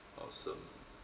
awesome